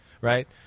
right